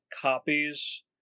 copies